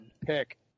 PICK